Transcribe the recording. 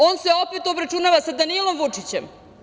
On se opet obračunava sa Danilom Vučićem.